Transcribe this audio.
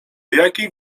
jakich